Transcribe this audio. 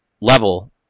level